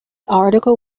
article